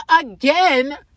again